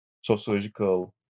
sociological